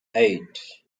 eight